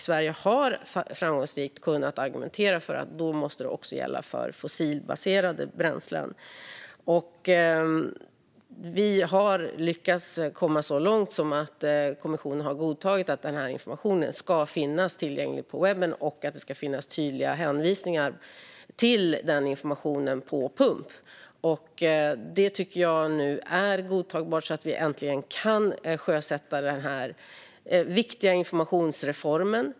Sverige har framgångsrikt argumenterat för att det också måste gälla för fossilbaserade bränslen. Vi har lyckats komma så långt som att kommissionen har godtagit att informationen ska finnas tillgänglig på webben och att det ska finnas tydliga hänvisningar till den på pump. Det tycker jag är godtagbart, så att vi äntligen kan sjösätta denna viktiga informationsreform.